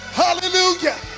hallelujah